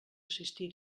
assistir